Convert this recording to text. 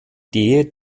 idee